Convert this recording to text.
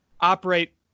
operate